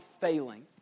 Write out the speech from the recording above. failing